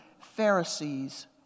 Pharisees